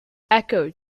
echoed